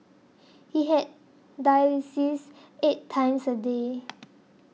he had dialysis eight times a day